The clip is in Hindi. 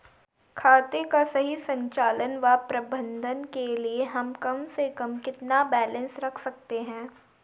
खाते का सही संचालन व प्रबंधन के लिए हम कम से कम कितना बैलेंस रख सकते हैं?